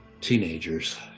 teenagers